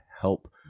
help